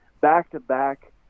back-to-back